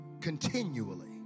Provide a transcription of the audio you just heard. continually